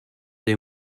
dei